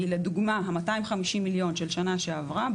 לדוגמה ה-250 מיליון של שנה שעברה,